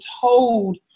told